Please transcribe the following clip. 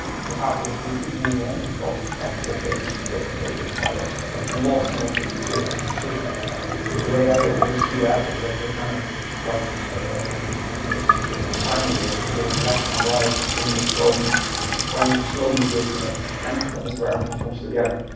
because afterwards, we could move on, we covered like four pages filled with sliders, so lots and lots of decisions and decisions were made. the way i always see that is that you're kind of like in some sort of a sinus wave, you're going left and right in this cone but you're trying to slowly go to that end point where everything comes together.